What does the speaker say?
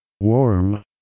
Warm